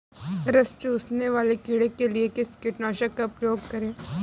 रस चूसने वाले कीड़े के लिए किस कीटनाशक का प्रयोग करें?